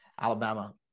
Alabama